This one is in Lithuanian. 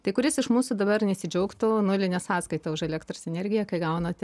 tai kuris iš mūsų dabar nesidžiaugtų nuline sąskaita už elektros energiją kai gaunate